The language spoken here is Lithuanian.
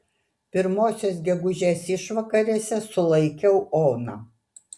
pirmosios gegužės išvakarėse sulaikiau oną